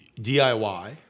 DIY